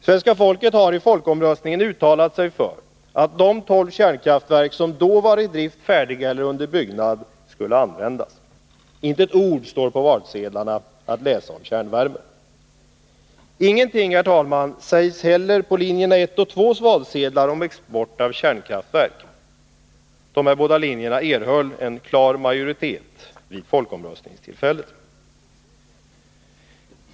Svenska folket har i folkomröstningen uttalat sig för att de tolv kärnkraftverk som då var i drift, var färdiga eller var under byggnad skulle användas. Inte ett ord om kärnvärme står att läsa på valsedlarna. Ingenting, herr talman, sägs heller på valsedlarna för linjerna 1 och 2 om export av kärnkraftverk. Dessa båda linjer erhöll en klar majoritet vid folkomröstningstillfället.